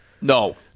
No